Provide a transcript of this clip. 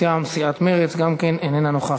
מטעם סיעת מרצ, גם כן איננה נוכחת.